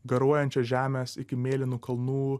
garuojančios žemės iki mėlynų kalnų